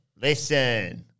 Listen